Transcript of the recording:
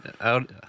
out